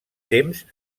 temps